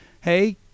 hey